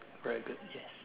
very good yes